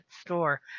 store